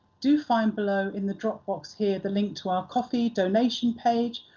do find below in the drop-box here, the link to our ko-fi donation page,